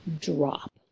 drop